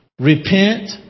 Repent